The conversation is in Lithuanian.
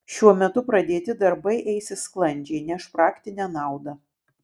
šiuo metu pradėti darbai eisis sklandžiai neš praktinę naudą